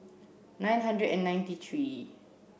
nine hundred and ninety three